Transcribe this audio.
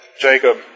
Jacob